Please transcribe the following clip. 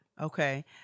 Okay